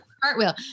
cartwheel